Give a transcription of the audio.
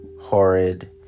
horrid